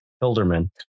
Hilderman